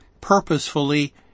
purposefully